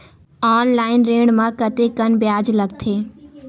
Online ऋण म कतेकन ब्याज लगथे?